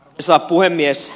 arvoisa puhemies